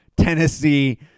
tennessee